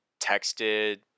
texted